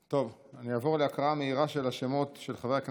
אני אעבור להקראה מהירה של השמות של חברי הכנסת,